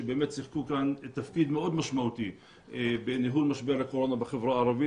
שיחקו כאן תפקיד מאוד משמעותי בניהול משבר הקורונה בחברה הערבית,